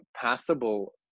passable